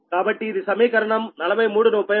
కాబట్టి ఇది సమీకరణం 43ను ఉపయోగిస్తుంది